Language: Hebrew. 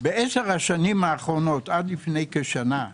בעשר השנים האחרונות, עד לפני כשנה,